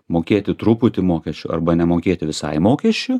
mokėti truputį mokesčių arba nemokėti visai mokesčių